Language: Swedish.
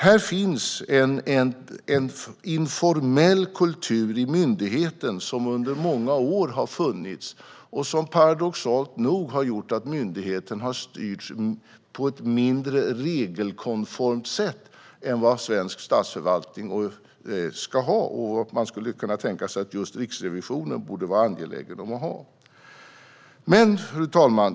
Det finns en informell kultur i myndigheten som har funnits under många år och som paradoxalt nog har gjort att myndigheten har styrts på ett mindre regelkonformt sätt än vad svensk statsförvaltning ska ha och som man skulle kunna tänka sig att just Riksrevisionen borde vara angelägen om att ha. Fru talman!